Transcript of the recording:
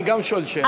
גם אני שואל שאלה.